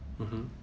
mmhmm